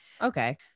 okay